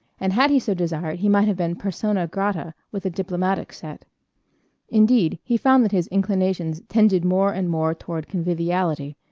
and had he so desired he might have been persona grata with the diplomatic set indeed, he found that his inclinations tended more and more toward conviviality,